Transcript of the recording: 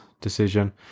decision